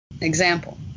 Example